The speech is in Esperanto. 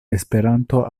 esperanto